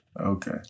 Okay